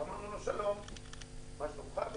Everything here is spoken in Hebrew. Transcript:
ואמרנו לו שלום, מה שלומך?